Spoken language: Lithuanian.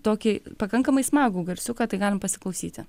tokį pakankamai smagų garsiuką tai galim pasiklausyti